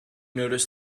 notice